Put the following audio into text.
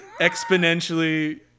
exponentially